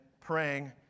praying